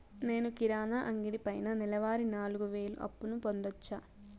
నేను కిరాణా అంగడి పైన నెలవారి నాలుగు వేలు అప్పును పొందొచ్చా?